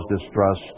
distrust